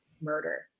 murder